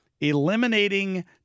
eliminating